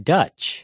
Dutch